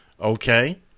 Okay